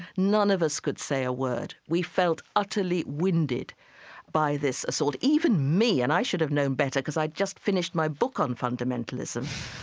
none of us could say a word. we felt utterly winded by this assault. even me, and i should have known better, because i'd just finished my book on fundamentalism.